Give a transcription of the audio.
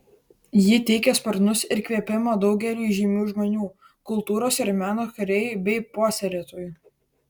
ji teikė sparnus ir įkvėpimą daugeliui žymių žmonių kultūros ir meno kūrėjų bei puoselėtojų